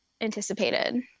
anticipated